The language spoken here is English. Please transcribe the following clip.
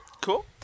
Cool